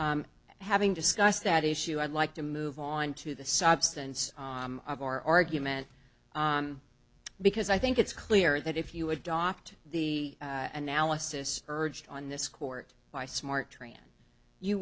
having discussed that issue i'd like to move on to the substance of our argument because i think it's clear that if you adopt the analysis urged on this court by smart tran you